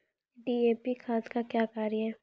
DAP खाद का क्या कार्य हैं?